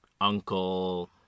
uncle